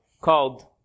called